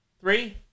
three